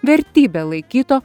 vertybe laikyto